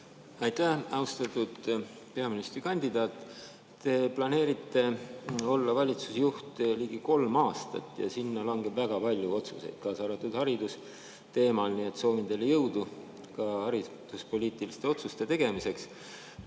Aitäh! Austatud peaministrikandidaat! Te planeerite olla valitsusjuht ligi kolm aastat. Sinna [aega] langeb väga palju otsuseid, kaasa arvatud haridusteemal. Nii et soovin teile jõudu ka hariduspoliitiliste otsuste tegemiseks.